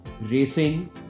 racing